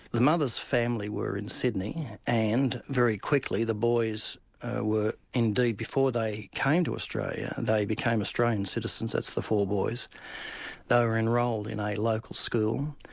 the mother's family were in sydney, and very quickly the boys were indeed before they came to australia, and they became australian citizens, that's the four boys they were enrolled in a local school,